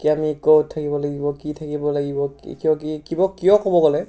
কি আমি ক'ত থাকিব লাগিব কি থাকিব লাগিব কিয় ক'ব গ'লে